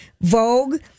Vogue